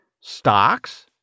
stocks